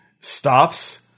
stops